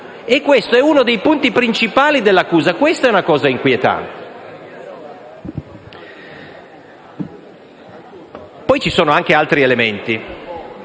questo è uno dei punti principali dell'accusa: questa è la cosa inquietante. Poi ci sono anche altri elementi